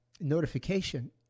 notification